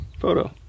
photo